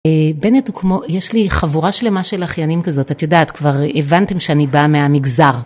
בנט יש לי חבורה שלמה של אחיינים כזאת את יודעת כבר הבנתם שאני באה מהמגזר.